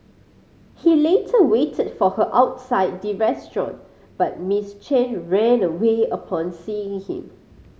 he later waited for her outside the restaurant but Miss Chen ran away upon seeing him